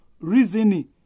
reasoning